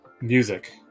music